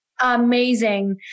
Amazing